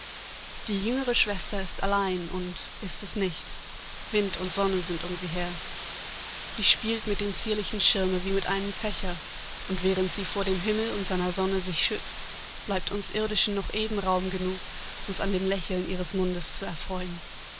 die jüngere schwester ist allein und ist es nicht wind und sonne sind um sie her sie spielt mit dem zierlichen schirme wie mit einem fächer und während sie vor dem himmel und seiner sonne sich schützt bleibt uns irdischen noch eben raum genug uns an dem lächeln ihres mundes zu erfreuen